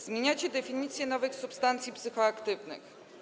Zmieniacie definicję nowych substancji psychoaktywnych.